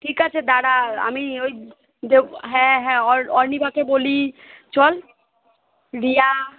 ঠিক আছে দাঁড়া আমি ওই যো হ্যাঁ হ্যাঁ অনিমাকে বলি চল রিয়া